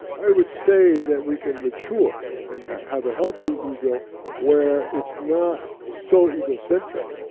i would say that we can mature and have a healthy ego where it's not so egocentric,